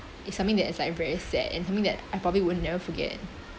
it's something that is like very sad and something that I probably would never forget